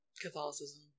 Catholicism